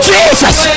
Jesus